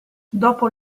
dopo